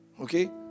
okay